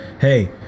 hey